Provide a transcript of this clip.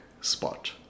spot